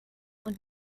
und